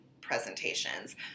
presentations